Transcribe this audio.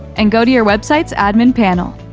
and go to your website's admin panel.